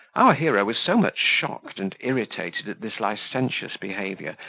our hero was so much shocked and irritated at this licentious behaviour,